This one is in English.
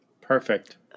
Perfect